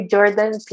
Jordan